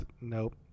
Nope